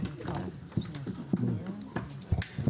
הישיבה ננעלה בשעה 13:49.